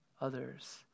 others